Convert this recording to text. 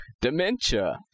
dementia